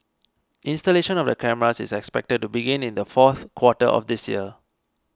installation of the cameras is expected to begin in the fourth quarter of this year